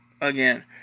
again